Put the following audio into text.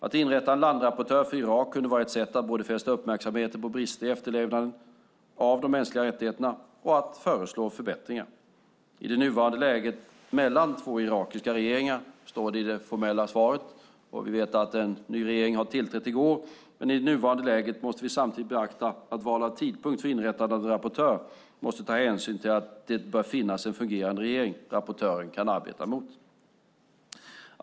Att inrätta en landrapportör för Irak kunde vara ett sätt att både fästa uppmärksamheten på brister i efterlevnaden av de mänskliga rättigheterna och att föreslå förbättringar. I det nuvarande läget mellan två irakiska regeringar - så står det i det formella svaret, men vi vet att en ny regering tillträdde i går - måste vi samtidigt beakta att val av tidpunkt för inrättande av en rapportör måste ta hänsyn till att det bör finnas en fungerande regering som rapportören kan arbeta mot.